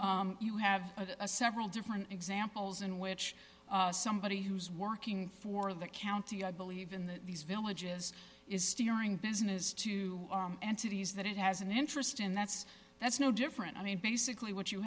where you have a several different examples in which somebody who's working for the county i believe in the these villages is steering business to entities that it has an interest in that's that's no different i mean basically what you